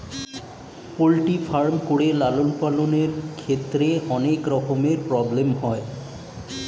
poultry farm করে লালন পালনের ক্ষেত্রে অনেক রকমের প্রব্লেম হয়